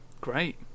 Great